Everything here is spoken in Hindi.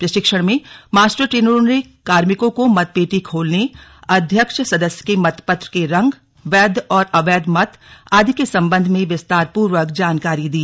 प्रशिक्षण में मास्टर ट्रेनरों ने कार्मिकों को मतपेटी खोलने अध्यक्ष सदस्य के मतपत्र के रंग वैध और अवैध मत आदि के संबंध में विस्तारपूर्वक जानकारी दी